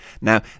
Now